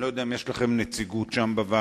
אני לא יודע אם יש לכם נציגות שם בוועדה,